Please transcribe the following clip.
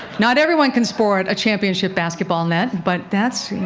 not everyone can sport a champion basketball net. but that's.